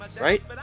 right